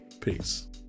Peace